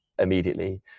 immediately